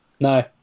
No